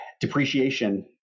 depreciation